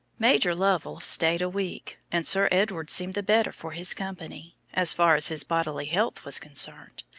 major lovell stayed a week, and sir edward seemed the better for his company, as far as his bodily health was concerned.